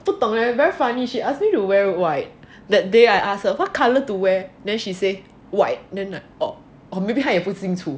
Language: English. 我不懂 very funny she ask me wear white that day I ask her what colour to wear then she say white then like oh or maybe 她也不清楚